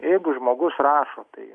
jeigu žmogus rašo tai